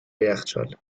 یخچال